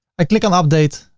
i click on update.